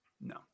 No